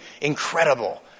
incredible